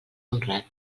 honrat